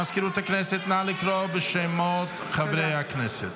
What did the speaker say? מזכירות הכנסת, נא לקרוא בשמות חברי הכנסת.